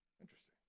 Interesting